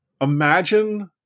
imagine